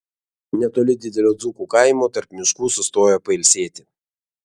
netoli didelio dzūkų kaimo tarp miškų sustojo pailsėti